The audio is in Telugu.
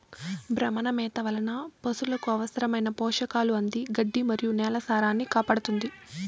భ్రమణ మేత వలన పసులకు అవసరమైన పోషకాలు అంది గడ్డి మరియు నేల సారాన్నికాపాడుతుంది